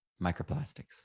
microplastics